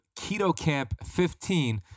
KetoCamp15